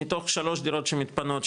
מתוך שלוש דירות שמתפנות,